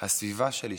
הסביבה שלי,